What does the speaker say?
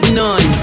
none